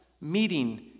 meeting